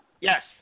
Yes